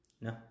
No